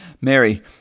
Mary